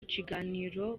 kiganiro